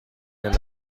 der